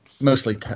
Mostly